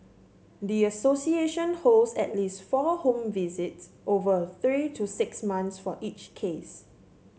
the association holds at least four home visits over three to six months for each case